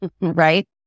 right